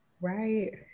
right